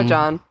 John